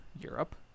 Europe